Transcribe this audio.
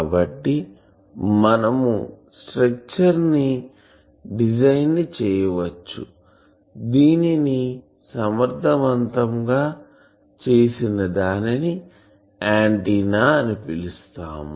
కాబట్టి మనము structure design ని చేయవచ్చు దీనిని సమర్థవంతంగా చేసిన దానిని ఆంటిన్నా అని పిలుస్తాము